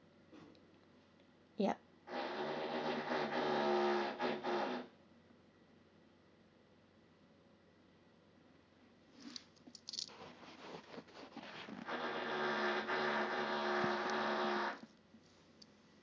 ya